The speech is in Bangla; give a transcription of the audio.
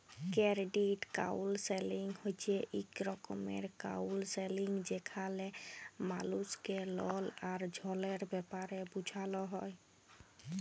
কেরডিট কাউলসেলিং হছে ইক রকমের কাউলসেলিংযেখালে মালুসকে লল আর ঋলের ব্যাপারে বুঝাল হ্যয়